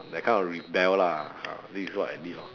that kind of rebel lah ah this is what I did lor